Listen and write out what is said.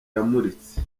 yamuritse